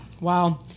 Wow